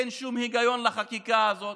אין שום היגיון לחקיקה הזאת,